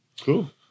Cool